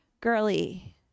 girly